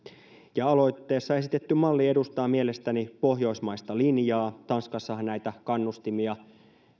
aloitteessa esitetty malli edustaa mielestäni pohjoismaista linjaa tanskassahan näitä kannustimia